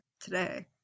today